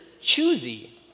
choosy